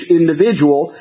individual